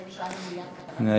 בבקשה.